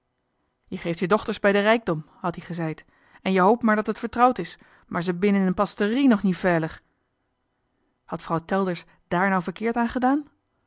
je geeft je dochters bij de rijkdom had-ie gezeid en je hoop maar dat et vertrouwd is m'ar ze bin in en pasterie nog nie veilig had vrouw telders dààr nou verkeerd aan gedaan